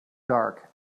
dark